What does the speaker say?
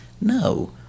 No